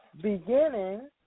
beginning